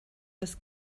das